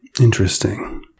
Interesting